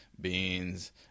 beans